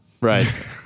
Right